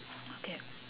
okay